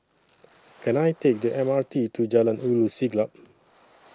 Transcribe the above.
Can I Take The M R T to Jalan Ulu Siglap